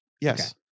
yes